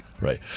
Right